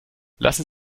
lassen